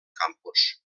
campos